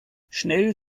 schnell